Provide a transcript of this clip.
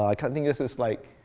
i kind of think this is, like,